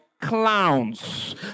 clowns